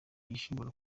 gishobora